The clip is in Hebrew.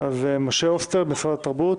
משה אוסטר, משרד התרבות.